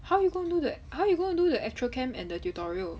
how you gonna do the how you gonna do the actual camp and the tutorial